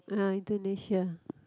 uh Indonesia